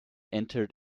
entered